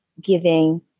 giving